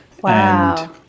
Wow